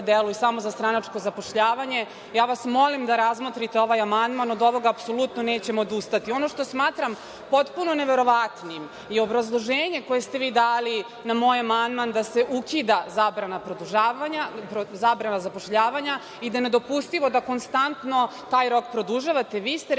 delu i samo za stranačko zapošljavanje. Ja vas molim da razmotrite ovaj amandman, od ovoga apsolutno nećemo odustati. Ono što smatram potpuno neverovatnim je obrazloženje koje ste vi dali na moj amandman da se ukida zabrana zapošljavanja i da je nedopustivo da konstantno taj rok produžavate. Vi ste rekli,